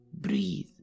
breathe